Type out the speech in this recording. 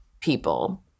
people